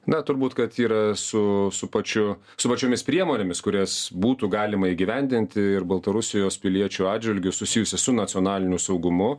na turbūt kad yra su su pačiu su pačiomis priemonėmis kurias būtų galima įgyvendinti ir baltarusijos piliečių atžvilgiu susijusi su nacionaliniu saugumu